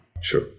Sure